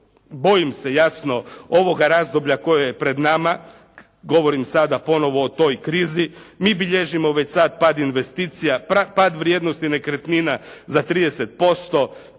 bojim se jasno ovoga razdoblja koje je pred nama. Govorim sada ponovo o toj krizi. Mi bilježimo već sad pad investicija, pad vrijednosti nekretnina za 30%.